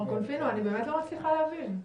מר קונפינו, אני באמת לא מצליחה להבין.